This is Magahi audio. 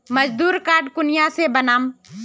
मजदूर कार्ड कुनियाँ से बनाम?